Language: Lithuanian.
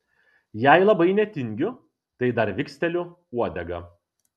jei labai netingiu tai dar viksteliu uodega